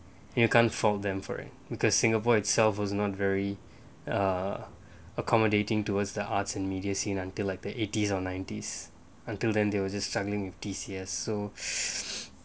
you can't fault them for it because singapore itself was not very err accommodating towards the arts and media scene until like the eighties or nineties until then they will just struggling with T_C_S so